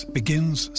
begins